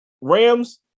Rams